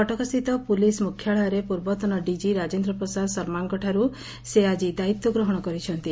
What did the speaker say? କଟକସ୍ଥିତ ପୁଲିସ୍ ମୁଖ୍ୟାଳୟରେ ପୂର୍ବତନ ଡିଜି ରାଜେନ୍ଦ ପ୍ରସାଦ ଶର୍ମାଙ୍କଠାରୁ ସେ ଆଜି ଦାୟିତ୍ୱ ଗ୍ରହଶ କରିଛନ୍ତି